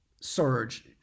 surge